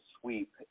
sweep